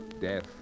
death